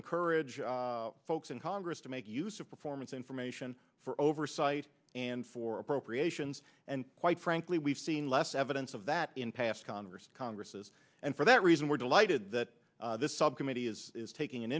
encourage folks in congress to make use of performance information for oversight and for appropriations and quite frankly we've seen less evidence of that in past congress congresses and for that reason we're delighted that this subcommittee is taking an